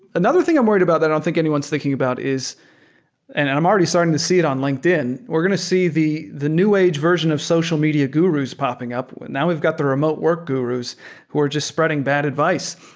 another thing i'm worried about that i don't think anyone is thinking about is and and i'm already starting to see it on linkedin. we're going to see the the new age version of social media gurus popping up. now we've got the remote work gurus who are just spreading bad advice.